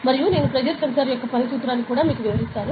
మరియు నేను pressure sensor యొక్క పని సూత్రాన్ని వివరిస్తాను